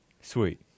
Sweet